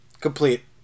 complete